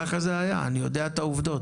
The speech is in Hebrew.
כך זה היה; אני יודע את העובדות.